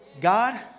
God